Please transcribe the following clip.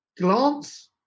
glance